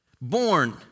born